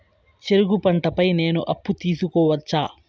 చెరుకు పంట పై నేను అప్పు తీసుకోవచ్చా?